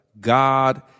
God